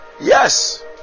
Yes